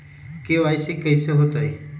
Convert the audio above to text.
KYC कैसे होतई?